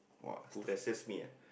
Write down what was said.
!wah! stresses me ah